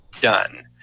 done